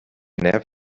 nerv